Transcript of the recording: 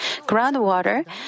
groundwater